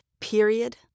period